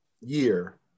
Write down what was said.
year